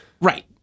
Right